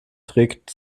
trägt